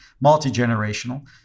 multi-generational